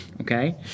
okay